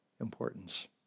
importance